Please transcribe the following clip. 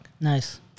Nice